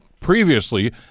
previously